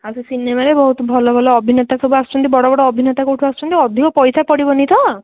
ଆଉ ସେ ସିନେମା ବି ବହୁତ୍ ଭଲ ଭଲ ଅଭିନେତା ସବୁ ଆସନ୍ତି ବଡ଼ ବଡ଼ ଅଭିନେତା କେଉଁଠୁ ଆସୁଛନ୍ତି ଅଧିକ ପଇସା ପଡ଼ିବନି ତ